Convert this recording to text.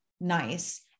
nice